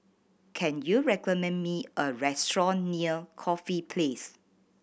can you recommend me a restaurant near Corfe Place